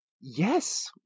Yes